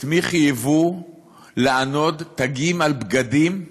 את מי חייבו לענוד תגים על בגדים?